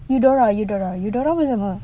eudora eudora eudora pun sama